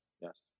yes